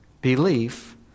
belief